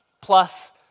plus